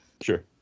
Sure